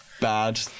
bad